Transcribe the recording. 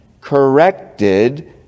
corrected